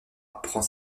prend